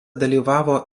dalyvavo